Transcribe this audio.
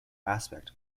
aspect